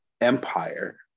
empire